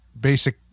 basic